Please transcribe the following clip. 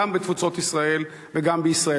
גם בתפוצות ישראל וגם בישראל.